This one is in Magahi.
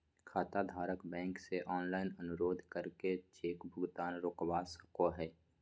खाताधारक बैंक से ऑनलाइन अनुरोध करके चेक भुगतान रोकवा सको हय